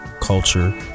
culture